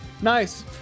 Nice